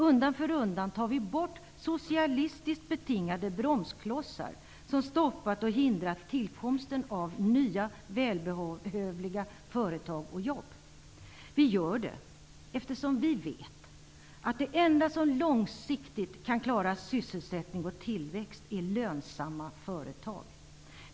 Undan för undan tar vi bort socialistiskt betingade bromsklossar som stoppat och hindrat tillkomsten av nya välbehövliga företag och jobb. Vi gör detta eftersom vi vet att det enda som långsiktigt kan klara sysselsättning och tillväxt är lönsamma företag.